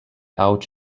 out